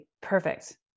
Perfect